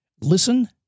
Listen